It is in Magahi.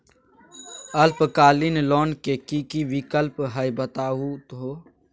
अल्पकालिक लोन के कि कि विक्लप हई बताहु हो?